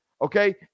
Okay